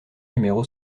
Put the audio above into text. numéro